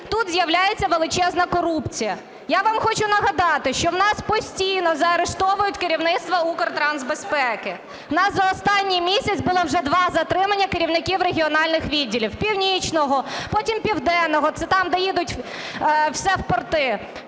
тут з'являється величезна корупція. Я вам хочу нагадати, що у нас постійно заарештовують керівництво Укртрансбезпеки. У нас за останній місяць було вже два затримання керівників регіональних відділів: Північного, потім Південного (це там, де їдуть всі в порти).